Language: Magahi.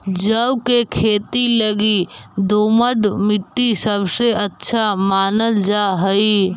जौ के खेती लगी दोमट मट्टी सबसे अच्छा मानल जा हई